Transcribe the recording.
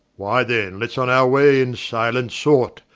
why then, let's on our way in silent sort,